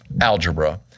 algebra